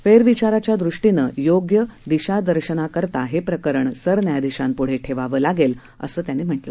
फेरविचाराच्या दृष्टीनं योग्य दिशादर्शनाकरता हे प्रकरण सरन्यायाधीशाप्ढं ठेवावं लागेल असं त्यांनी सांगितलं